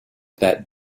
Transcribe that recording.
that